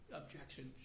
objection